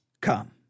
come